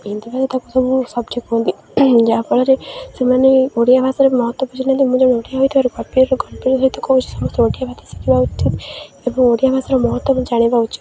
ହିନ୍ଦୀ ଭାଷା ତା'କୁ ସବୁ କୁହନ୍ତି ଯାହାଫଳରେ ସେମାନେ ଓଡ଼ିଆ ଭାଷାରେ ମହତ୍ୱ ବୁଝୁ ନାହାନ୍ତି ମୁଁ ଜଣେ ଓଡ଼ିଆ ହୋଇଥିବାରୁ ସହିତ କହୁଛିି ସମସ୍ତେ ଓଡ଼ିଆ ଭାଷା ଶିିଖିବା ଉଚିତ୍ ଏବଂ ଓଡ଼ିଆ ଭାଷାର ମହତ୍ଵ ମୁଁ ଜାଣିବା ଉଚିତ୍